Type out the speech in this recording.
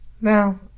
Now